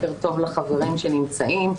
בוקר טוב לחברים שנמצאים.